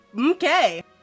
Okay